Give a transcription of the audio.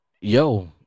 yo